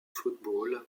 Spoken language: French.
football